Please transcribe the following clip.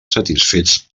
satisfets